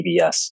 PBS